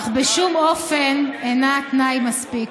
אך בשום אופן איננה תנאי מספיק: